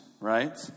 Right